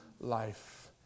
life